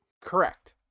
Correct